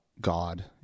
God